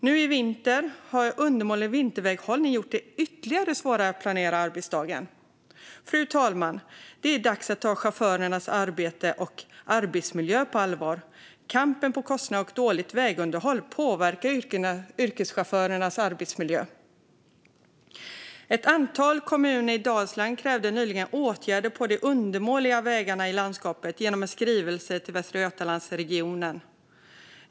Nu i vinter har undermålig vinterväghållning gjort det ytterligare svårare att planera arbetsdagen. Fru talman! Det är dags att ta chaufförernas arbete och arbetsmiljö på allvar. Kampen om kostnader och dåligt vägunderhåll påverkar yrkeschaufförernas arbetsmiljö. Ett antal kommuner i Dalsland krävde nyligen åtgärder för de undermåliga vägarna i landskapet genom en skrivelse till Västra Götalandsregionen.